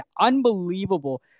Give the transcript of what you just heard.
Unbelievable